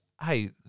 hey